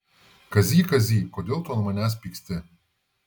kazy kazy kodėl tu ant manęs pyksti